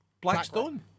Blackstone